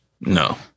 No